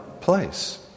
place